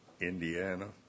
Indiana